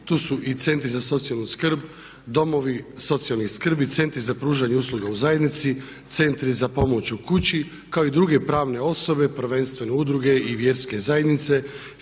Tu su i centri za socijalnu skrb, domovi socijalnih skrbi, centri za pružanje usluga u zajednici, centri za pomoć u kući kao i druge pravne osobe prvenstveno udruge i vjerske zajednice,